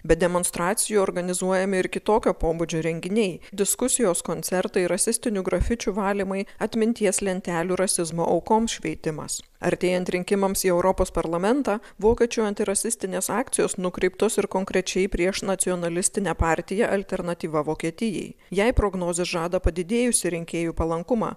be demonstracijų organizuojami ir kitokio pobūdžio renginiai diskusijos koncertai rasistinių grafičių valymai atminties lentelių rasizmo aukoms šveitimas artėjant rinkimams į europos parlamentą vokiečių antirasistinės akcijos nukreiptos ir konkrečiai prieš nacionalistinę partiją alternatyva vokietijai jai prognozės žada padidėjusį rinkėjų palankumą